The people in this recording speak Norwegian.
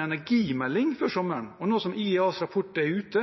energimelding før sommeren. Nå som IEAs rapport er ute,